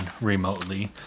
remotely